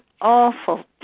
awful